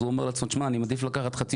אז הוא אומר לעצמו: אני מעדיף לקחת חצי